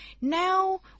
now